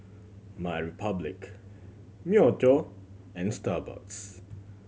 MyRepublic Myojo and Starbucks